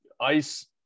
ICE